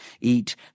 eat